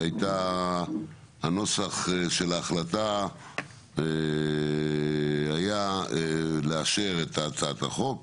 הנוסח של ההחלטה היה לאשר את הצעת החוק